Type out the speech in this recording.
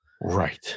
Right